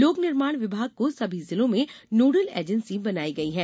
लोक निर्माण विभाग को सभी जिलों में नोडल ऐजेन्सी बनाया गया है